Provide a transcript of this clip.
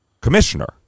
commissioner